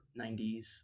90s